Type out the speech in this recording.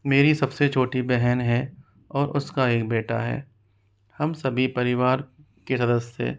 मेरी सब से छोटी बहन है और उसका एक बेटा है हम सभी परिवार के सदस्य